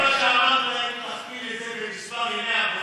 זה מה שאמרנו להם, תכפיל את זה במספר ימי העבודה.